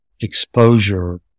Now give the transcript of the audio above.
exposure